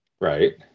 Right